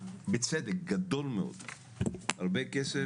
בצדק גדול מאוד,